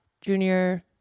junior